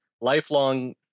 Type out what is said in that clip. lifelong